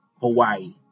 Hawaii